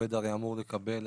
העובד הרי אמור לקבל,